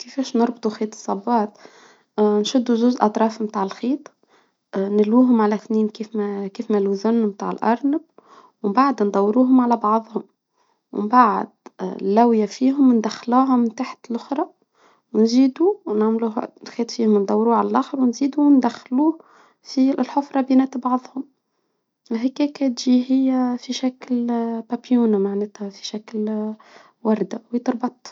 كيفاش نربط خيط الصباط؟ نشدوا زوز أطراف متاع الخيط، نلوهم على إثنين كيف ما كيف ما لوزن متاع القرن، وبعد ندوروهم على بعضهم، ومن بعد الاوية فيهم ندخلاهم من تحت الأخرى ونزيدوا ونعملو الخيط فيها، و ندوروا على اللخر ونزيدوا وندخلوه في الحفرة بينات بعضهم هيك تجي هي في شكل بابيونا معناتها في شكل وردة وتتربط.